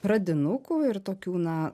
pradinukų ir tokių na